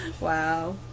Wow